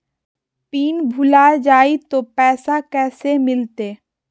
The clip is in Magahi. पिन भूला जाई तो पैसा कैसे मिलते?